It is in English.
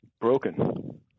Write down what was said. broken